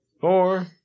four